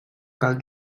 cal